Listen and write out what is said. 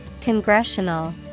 Congressional